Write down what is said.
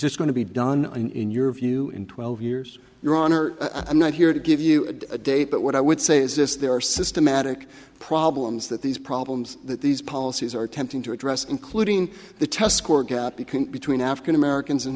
it's going to be done in your view in twelve years your honor i'm not here to give you a date but what i would say is this there are systematic problems that these problems that these policies are attempting to address including the test score gap between between african americans and